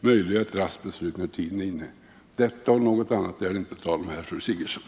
möjliggöra ett raskt beslut när tiden är inne. Detta och inget annat är det tal om här, fru Sigurdsen.